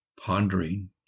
Pondering